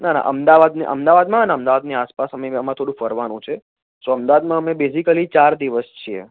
ના ના અમદાવાદ અને અમદાવાદમાં અને અમદાવાદની આસપાસ અમે અમારે થોડું ફરવાનું છે સો અમદાવાદમાં અમે બેઝિકલી ચાર દિવસ છીએ